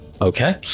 Okay